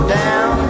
down